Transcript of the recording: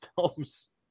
films